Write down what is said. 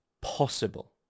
possible